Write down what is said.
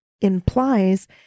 implies